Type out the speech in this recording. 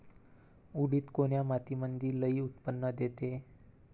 उडीद कोन्या मातीमंदी लई उत्पन्न देते?